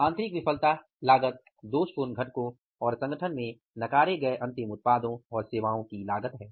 आंतरिक विफलता लागत दोषपूर्ण घटकों और संगठन में नकारे गए अंतिम उत्पादों और सेवाओं की लागत है